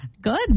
Good